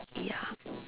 ya